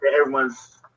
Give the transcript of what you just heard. everyone's